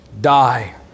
die